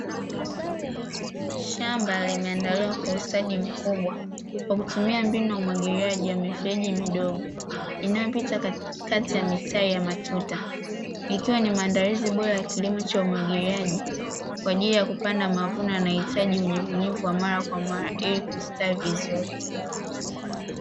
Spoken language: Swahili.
Shamba lime andaliwa kwa ustadi mkubwa kwa kutumia mbinu ya umwagiliaji wa mifereji midogo, inayopita katikati ya mistari ya matuta; ikiwa ni maandalizi bora ya kilimo cha umwagiliaji kwa ajili ya kupanda mavuno yanayo hitaji unyevunyevu wa mara kwa mara ili kustawi vizuri.